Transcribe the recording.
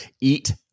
Eat